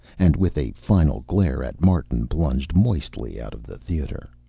and with a final glare at martin plunged moistly out of the theater.